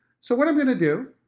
so what i'm going to do,